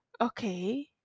okay